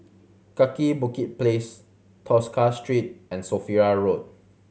Kaki Bukit Place Tosca Street and Sophia Road